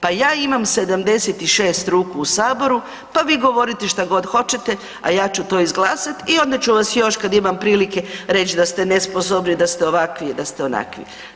Pa ja imam 76 ruku u Saboru pa vi govorite što god hoćete, a ja ću to izglasati i onda ću vas još, kad imam prilike reći da ste nesposobni, da ste ovakvi i da ste onakvi.